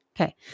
okay